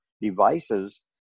devices